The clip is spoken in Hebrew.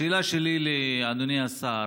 השאלה שלי לאדוני השר: